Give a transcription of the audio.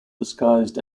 disguised